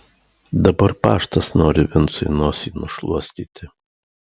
dabar paštas nori vincui nosį nušluostyti